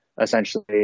essentially